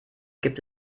gibt